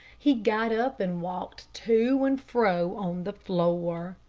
he got up and walked to and fro on the floor.